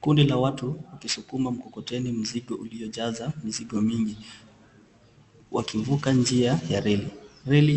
Kundi la watu wakisukuma mkokoteni mzigo uliojaza mizigo mingi wakivuka njia ya reli. Reli